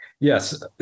Yes